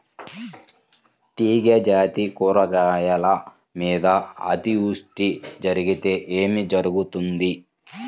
తీగజాతి కూరగాయల మీద అతివృష్టి జరిగితే ఏమి జరుగుతుంది?